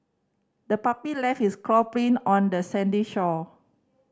the puppy left its paw print on the sandy shore